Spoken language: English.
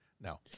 No